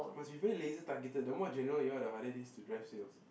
must be very laser targeted the more general you are the harder it is to drive sales